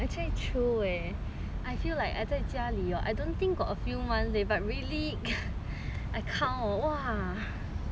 I 在家里 I don't think got a few months they but really I count !wah! so many months already